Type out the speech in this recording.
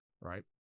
right